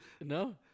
no